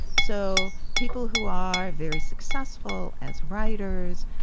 so people who are very successful as writers,